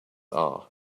are